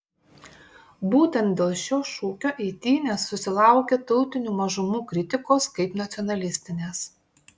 būtent dėl šio šūkio eitynės susilaukia tautinių mažumų kritikos kaip nacionalistinės